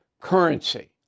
currency